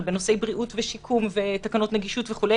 אבל בנושא בריאות ושיקום ותקנות נגישות וכו',